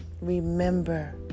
remember